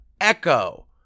Echo